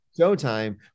showtime